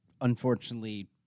unfortunately